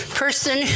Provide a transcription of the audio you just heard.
person